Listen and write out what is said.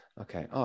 Okay